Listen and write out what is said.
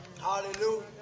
Hallelujah